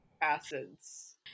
acids